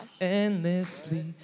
endlessly